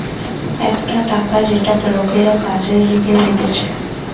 একটা টাকা যেটা লোকরা কাজের লিগে পেতেছে